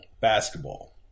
basketball